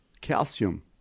calcium